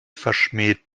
verschmäht